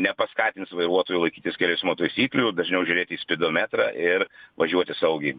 nepaskatins vairuotojų laikytis kelių eismo taisyklių dažniau žiūrėt į spidometrą ir važiuoti saugiai